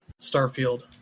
Starfield